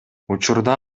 учурда